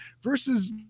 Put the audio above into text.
versus